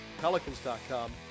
pelicans.com